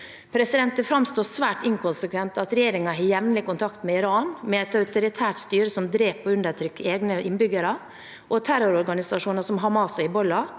for. Det framstår som svært inkonsekvent at regjeringen har jevnlig kontakt med Iran, med et autoritært styre som dreper og undertrykker egne innbyggere, og terrororganisasjoner, som Hamas og Hizbollah,